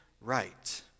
right